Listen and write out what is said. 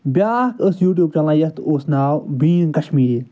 بیٛاکھ ٲس YouTube channel یَتھ اوس ناو بیٖنٛگ کَشمیٖری